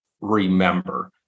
remember